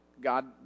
God